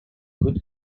could